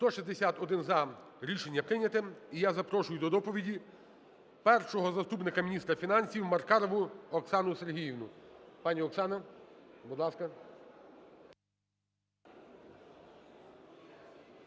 За-161 Рішення прийнято. І я запрошую до доповіді першого заступника міністра фінансів Маркарову Оксану Сергіївну. Мані Оксано, будь ласка.